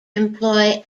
employ